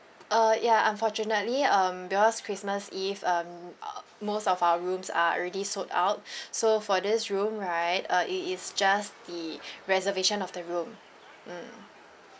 uh ya unfortunately um because christmas eve um uh most of our rooms are already sold out so for this room right uh it is just the reservation of the room mm